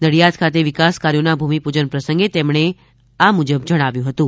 નડિયાદ ખાતે વિકાસ કાર્યો ના ભૂમિપૂજન પ્રસંગે તેમણે આમ જણાવ્યુ હતું